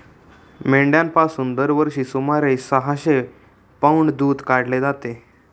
मेंढ्यांपासून दरवर्षी सुमारे सहाशे पौंड दूध काढले जाते